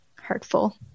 hurtful